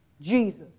Jesus